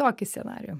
tokį scenarijų